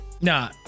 nah